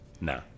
No